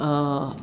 uh